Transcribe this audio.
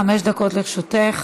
חמש דקות לרשותך.